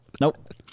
Nope